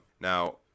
Now